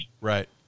Right